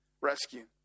rescue